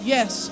Yes